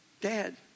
Dad